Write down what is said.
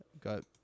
Got